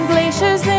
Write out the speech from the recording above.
Glaciers